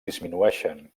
disminueixen